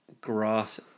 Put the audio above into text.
grass